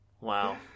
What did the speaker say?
Wow